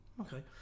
Okay